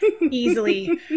easily